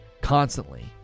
constantly